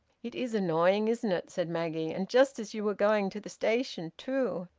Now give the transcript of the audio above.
it is annoying, isn't it? said maggie. and just as you were going to the station too!